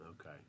Okay